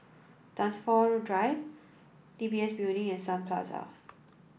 Dunsfold Drive D B S Building and Sun Plaza